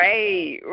Right